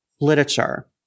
literature